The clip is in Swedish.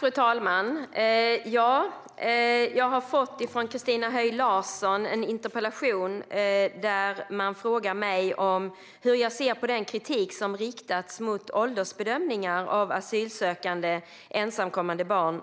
Fru talman! Christina Höj Larsen har frågat mig om hur jag ser på den kritik som riktats mot åldersbedömningar av asylsökande ensamkommande barn